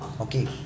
Okay